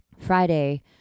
Friday